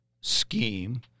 scheme